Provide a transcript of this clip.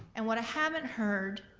and what i haven't heard,